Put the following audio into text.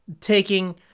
taking